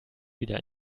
wieder